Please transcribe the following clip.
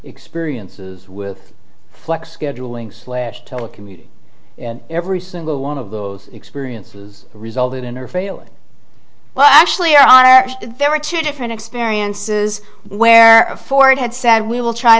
experiences with flex scheduling slash telecommuting and every single one of those experiences resulted in her failing well actually are there are two different experiences where ford had said we will try